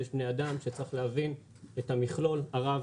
יש בני אדם שצריך להבין את המכלול הרב